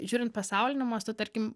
žiūrin pasauliniu mastu tarkim